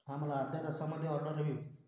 हा मला अर्ध्या तासामध्ये ऑर्डर हवी होती